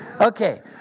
Okay